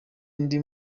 ndi